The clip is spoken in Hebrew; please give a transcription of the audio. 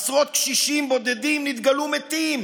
עשרות קשישים בודדים נתגלו מתים